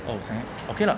oh 想 okay lah